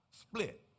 split